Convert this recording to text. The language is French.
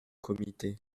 comité